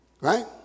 Right